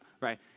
right